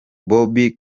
bobbi